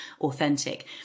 authentic